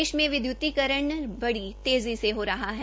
देश में विद्युतीकरण बड़ी तेजी से हो रहा है